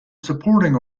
supporting